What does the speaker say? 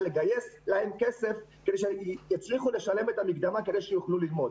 כדי לגייס עבורן כסף כדי שהן יצליחו לשלם את המקדמה ויוכלו ללמוד.